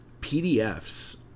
PDFs